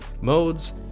modes